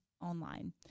online